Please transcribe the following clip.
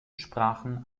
sprachen